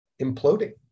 imploding